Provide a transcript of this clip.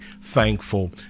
thankful